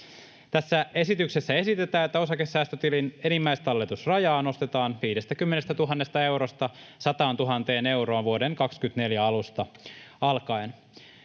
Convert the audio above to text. Tässä esityksessä esitetään, että osakesäästötilin enimmäistalletusrajaa nostetaan 50 000 eurosta 100 000 euroon vuoden 24 alusta alkaen.